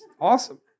awesome